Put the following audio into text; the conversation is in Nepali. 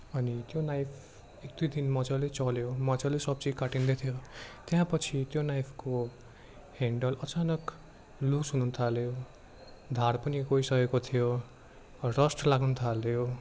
अनि त्यो नाइफ एक दुई दिन मजाले चल्यो मजाले सब्जी काटिँदै थियो त्यहाँ पछि त्यो नाइफको हेन्डल अचानक लुज हुन थाल्यो धार पनि गइसकेको थियो रस्ट लाग्न थाल्यो